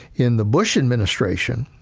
in the bush administration,